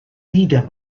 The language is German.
lieder